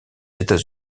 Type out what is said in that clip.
états